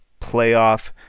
playoff